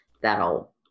That'll